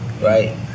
Right